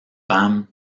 femmes